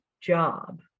job